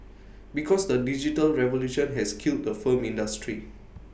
because the digital revolution has killed the film industry